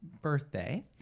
birthday